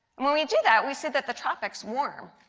when we do that, we see that the tropics warm.